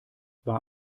war